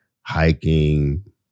hiking